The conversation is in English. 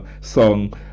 song